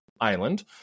Island